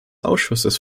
ausschusses